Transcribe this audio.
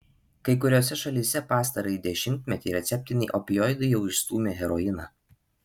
kai kuriose šalyse pastarąjį dešimtmetį receptiniai opioidai jau išstūmė heroiną